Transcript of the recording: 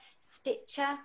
Stitcher